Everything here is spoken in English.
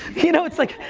you know, it's like,